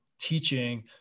teaching